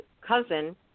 cousin